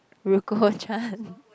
Ruco-Chan